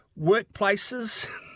workplaces